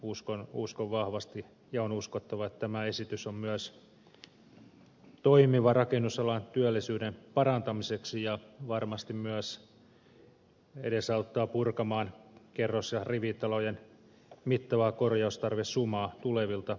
uskon vahvasti ja on uskottava että tämä esitys on myös toimiva rakennusalan työllisyyden parantamiseksi ja varmasti myös edesauttaa purkamaan kerros ja rivitalojen mittavaa korjaustarvesumaa tulevilta vuosilta